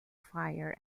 fire